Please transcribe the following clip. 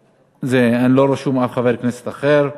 לא רשום אף חבר כנסת אחר.